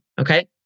okay